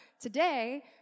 today